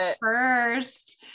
first